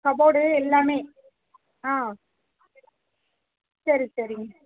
cupboard எல்லாமே ஆ சரி சரிங்க